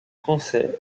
français